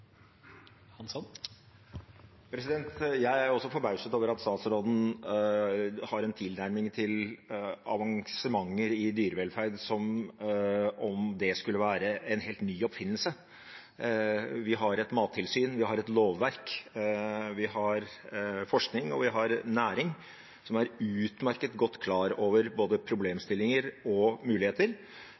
Jeg er også forbauset over at statsråden har en tilnærming til avansementer i dyrevelferd som om det skulle være en helt ny oppfinnelse. Vi har et mattilsyn, vi har et lovverk, vi har forskning, og vi har en næring som er utmerket godt klar over både problemstillinger og muligheter,